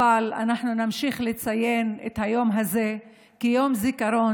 אבל אנחנו נמשיך לציין את היום הזה כיום זיכרון,